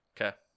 Okay